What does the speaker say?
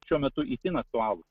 šiuo metu itin aktualūs